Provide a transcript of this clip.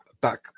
back